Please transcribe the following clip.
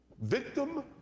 Victim